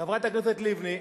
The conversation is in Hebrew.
חברת הכנסת לבני,